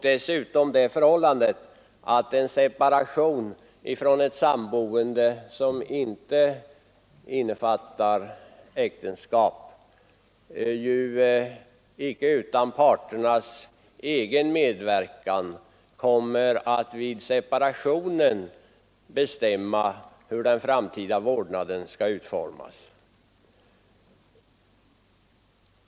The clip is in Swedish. Dessutom är det ju så att vid en separation från ett samboende, som inte innefattar äktenskap, bestäms inte utan parternas egen medverkan hur den framtida vårdnaden skall utformas.